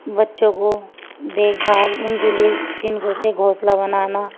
بچوں کو دیکھ بھال ان کے لیے تنکوں سے گھونسلہ بنانا